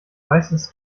weißes